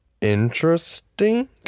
Interesting